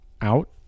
out